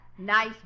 Nice